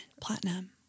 platinum